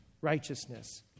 righteousness